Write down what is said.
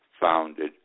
founded